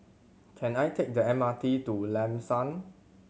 can I take the M R T to Lam San